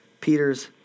Peter's